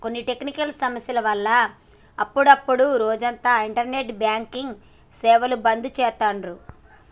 కొన్ని టెక్నికల్ సమస్యల వల్ల అప్పుడప్డు రోజంతా ఇంటర్నెట్ బ్యాంకింగ్ సేవలు బంద్ చేత్తాండ్రు